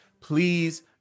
please